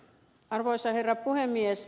arvoisa herra puhemies